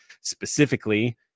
Specifically